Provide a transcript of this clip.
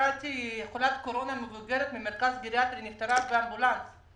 קראתי שחולת קורונה מבוגרת ממרכז גריאטרי נפטרה באמבולנס.